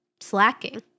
slacking